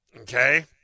Okay